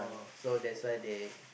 so that's why they